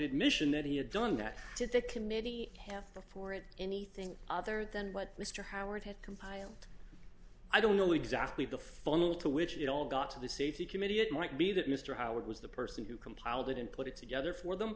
admission that he had done that to the committee have for it anything other than what mr howard had compiled i don't know exactly the funnel to which it all got to the safety committee it might be that mr howard was the person who compiled it and put it together for them